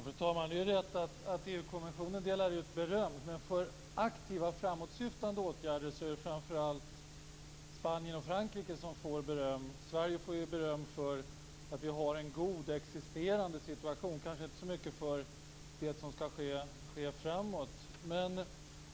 Fru talman! Det är rätt att EU-kommissionen delar ut beröm. Men när det gäller aktiva och framåtsyftande åtgärder är det framför allt Spanien och Frankrike som får beröm. Sverige får beröm för att vi har en god existerande situation, kanske inte så mycket för det som skall ske framåt.